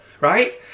right